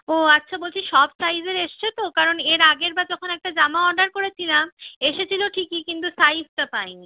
ও আচ্ছা বলছি সব সাইজের এসেছে তো কারণ এর আগের বার যখন একটা জামা অর্ডার করেছিলাম এসেছিল ঠিকই কিন্তু সাইজটা পাইনি